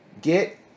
Get